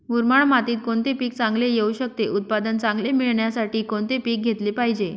मुरमाड मातीत कोणते पीक चांगले येऊ शकते? उत्पादन चांगले मिळण्यासाठी कोणते पीक घेतले पाहिजे?